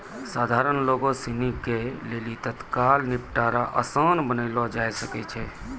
सधारण लोगो सिनी के लेली तत्काल निपटारा असान बनैलो जाय सकै छै